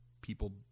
people